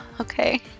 okay